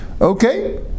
Okay